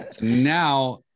now